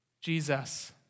Jesus